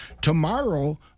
Tomorrow